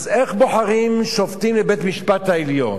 איך בוחרים שופטים לבית-המשפט העליון?